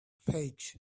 page